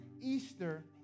Easter